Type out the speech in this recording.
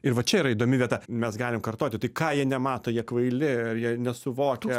ir va čia yra įdomi vieta mes galim kartoti tai ką jie nemato jie kvaili ar jie nesuvokia